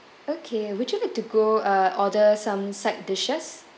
okay would you like to go uh order some side dishes